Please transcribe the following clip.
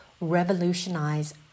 revolutionize